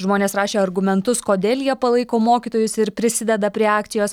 žmonės rašė argumentus kodėl jie palaiko mokytojus ir prisideda prie akcijos